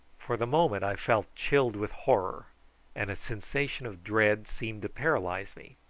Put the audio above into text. for the moment i felt chilled with horror and a sensation of dread seemed to paralyse me.